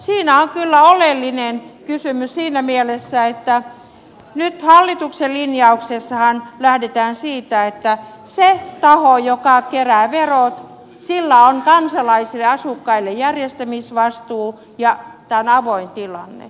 siinä on kyllä oleellinen kysymys siinä mielessä että nyt hallituksen linjauksessahan lähdetään siitä että sillä taholla joka kerää verot on kansalaisille asukkaille järjestämisvastuu ja tämä on avoin tilanne